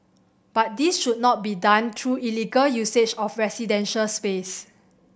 but this should not be done through illegal usage of residential space